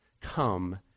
come